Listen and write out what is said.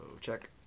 Check